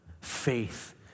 faith